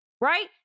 right